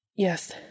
Yes